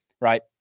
right